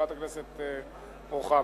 חברת הכנסת רוחמה.